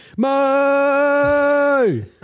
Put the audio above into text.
Mo